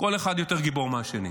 כל אחד יותר גיבור מהשני.